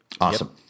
Awesome